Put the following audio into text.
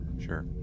Sure